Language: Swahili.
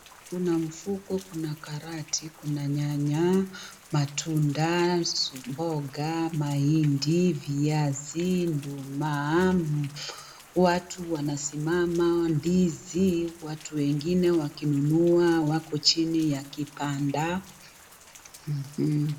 Kuna mfuko, kuna karati, kuna nyanya , matunda ,mboga, mahindi , viazi, nduma. Watu wanasimama ndizi, watu wengine wakinunua wako chini ya kibanda.